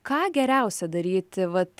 ką geriausia daryti vat